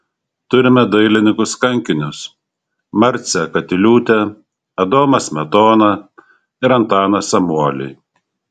turime dailininkus kankinius marcę katiliūtę adomą smetoną ir antaną samuolį